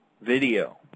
video